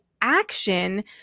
action